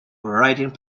writing